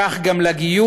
כך גם לגיור,